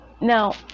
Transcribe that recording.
Now